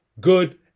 good